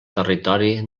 territori